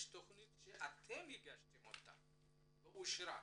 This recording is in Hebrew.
יש תכנית שאתם הגשתם אותה והיא אושרה,